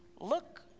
look